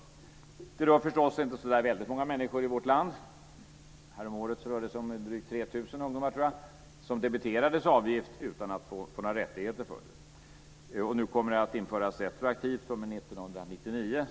Detta rör förstås inte så väldigt många människor i vårt land. Häromåret rörde det sig om drygt 3 000 ungdomar, tror jag, som debiterades avgift utan att få några rättigheter för det. Det kommer nu att införas retroaktivt fr.o.m. 1999.